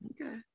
okay